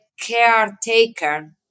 caretaker